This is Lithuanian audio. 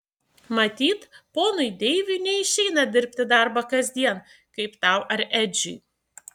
matyt ponui deiviui neišeina dirbti darbą kasdien kaip tau ar edžiui